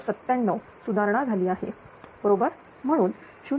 97 सुधारणा झाली आहे बरोबरच म्हणून 0